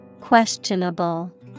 Questionable